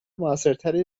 موثرتری